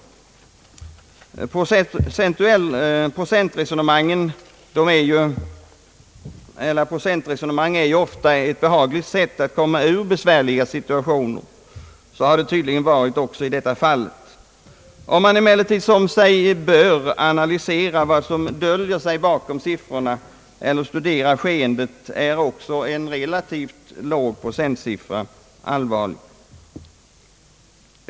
Procentresonemang är ofta ett behagligt sätt att komma ur besvärliga situationer. Så har det tydligen varit också i detta fall. För dem som emellertid, som sig bör, analyserar vad som döljer sig bakom siffrorna eller studerar skeendet, framstår också en relativt låg procentsiffra som allvarlig.